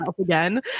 again